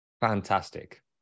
fantastic